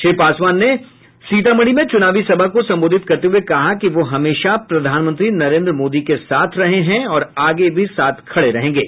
श्री पासवान ने सीतामढ़ी में चुनावी सभा को संबोधित करते हुये कहा कि वो हमेशा प्रधानमंत्री नरेंद्र मोदी के साथ रहे हैं और आगे भी साथ खड़े रहेंगे